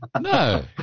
No